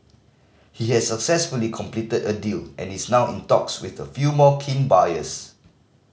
he has successfully completed a deal and is now in talks with a few more keen buyers